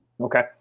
Okay